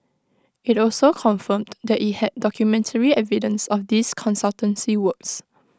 IT also confirmed that IT had documentary evidence of these consultancy works